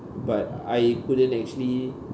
but I couldn't actually